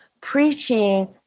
preaching